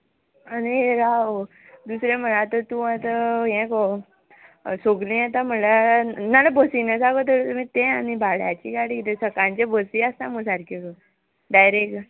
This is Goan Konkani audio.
आनी राव दुसरें म्हळ्यार आतां तूं आतां हें गो सोगलीं येता म्हळ्यार नाल्या बसीन येता गो तुमी तें आनी भाड्याची गाडी कितें सकाळचें बसी आसा मुगो सारक्यो डायरेक्ट